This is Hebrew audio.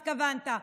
התכוונת,